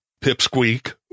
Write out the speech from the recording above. pipsqueak